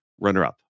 runner-up